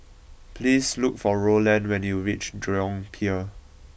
please look for Roland when you reach Jurong Pier